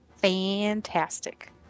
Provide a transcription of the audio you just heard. fantastic